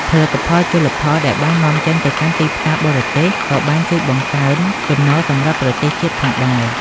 ផលិតផលជលផលដែលបាននាំចេញទៅកាន់ទីផ្សារបរទេសក៏បានជួយបង្កើនចំណូលសម្រាប់ប្រទេសជាតិផងដែរ។